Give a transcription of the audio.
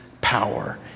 power